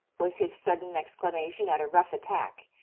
was his sudden exclamation at a rough attack.